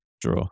draw